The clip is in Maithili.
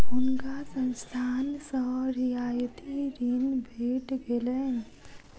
हुनका संस्थान सॅ रियायती ऋण भेट गेलैन